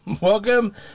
welcome